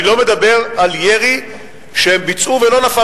אני לא מדבר על ירי שהם ביצעו ולא נפל